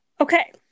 Okay